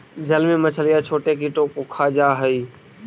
जल में मछलियां छोटे कीटों को खा जा हई